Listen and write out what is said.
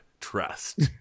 Trust